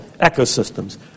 ecosystems